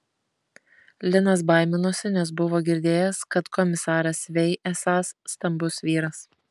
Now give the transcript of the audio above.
linas baiminosi nes buvo girdėjęs kad komisaras vei esąs stambus vyras